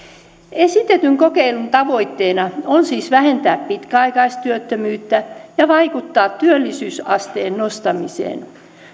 esitetyn kokeilun tavoitteena on siis vähentää pitkäaikaistyöttömyyttä ja vaikuttaa työllisyysasteen nostamiseen